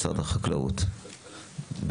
משרד החקלאות,